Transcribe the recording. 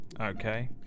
Okay